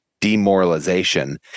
demoralization